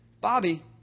Bobby